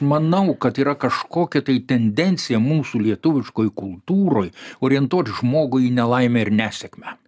manau kad yra kažkokia tai tendencija mūsų lietuviškoj kultūroj orientuot žmogų į nelaimę ir nesėkmę